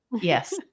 yes